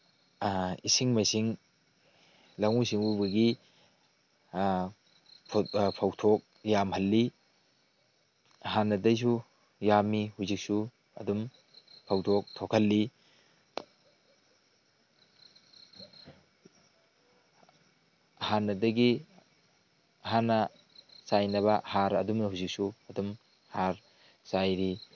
ꯏꯁꯤꯡ ꯃꯥꯏꯁꯤꯡ ꯂꯧꯎ ꯁꯤꯡꯎꯕꯒꯤ ꯐꯧꯊꯣꯛ ꯌꯥꯝꯍꯜꯂꯤ ꯍꯥꯟꯅꯗꯒꯤꯁꯨ ꯌꯥꯝꯃꯤ ꯍꯧꯖꯤꯛꯁꯨ ꯑꯗꯨꯝ ꯐꯧꯊꯣꯛ ꯊꯣꯛꯍꯜꯂꯤ ꯍꯥꯟꯅꯗꯒꯤ ꯍꯥꯟꯅ ꯆꯥꯏꯅꯕ ꯍꯥꯔ ꯑꯗꯨꯝꯅ ꯍꯧꯖꯤꯛꯁꯨ ꯑꯗꯨꯝ ꯍꯥꯔ ꯆꯥꯏꯔꯤ